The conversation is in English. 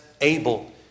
able